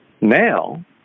Now